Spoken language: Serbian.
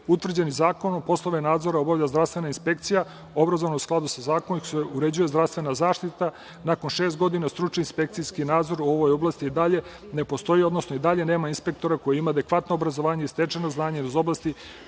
utvrđene zakonom, poslove nadzora obavlja zdravstvena inspekcija, obrazovana u skladu sa zakonom kojim se uređuje zdravstvena zaštita. Nakon šest godina stručni inspekcijski nadzor u ovoj oblasti i dalje ne postoji, odnosno i dalje nema inspektora koji ima adekvatno obrazovanje i stečeno znanje iz oblasti